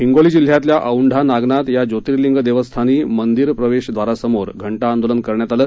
हिंगोली जिल्ह्यातल्या औंढा नागनाथ या ज्योतिर्लिंग देवस्थानी मंदिर प्रवेशद्वारासमोर घंटा आंदोलन करण्यात आलं